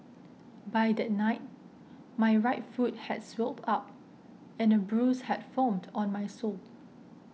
by that night my right foot had swelled up and a bruise had formed on my sole